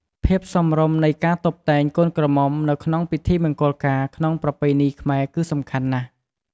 ភាពសមរម្យនៃការតុបតែងកូនក្រមុំនៅក្នុងពិធីមង្គលការក្នុងប្រពៃណីខ្មែរគឺសំខាន់ណាស់។